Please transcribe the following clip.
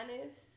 honest